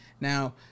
Now